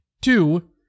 two